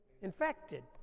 infected